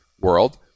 world